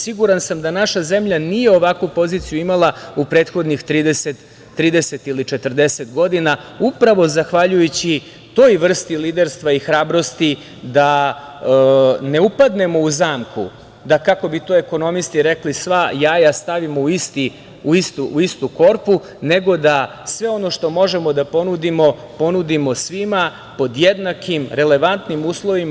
Siguran sam da naša zemlja nije ovakvu poziciju imala u prethodnih 30 ili 40 godina upravo zahvaljujući toj vrsti liderstva i hrabrosti da ne upadnemo u zamku da, kako bi to ekonomisti rekli, sva jaja stavimo u istu korpu, nego da sve ono što možemo da ponudimo, ponudimo svima, pod jednakim, relevantnim uslovima.